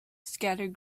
scattered